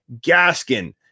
Gaskin